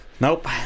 Nope